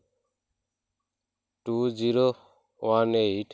two zero one eight